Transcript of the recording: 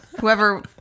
Whoever